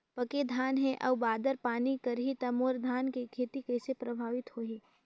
पके धान हे अउ बादर पानी करही त मोर धान के खेती कइसे प्रभावित होही?